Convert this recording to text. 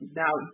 now